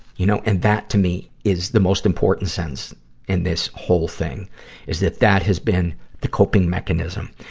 you know, and that, to me, is the most important sentence in this whole thing is that that has been the coping mechanism.